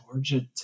Georgia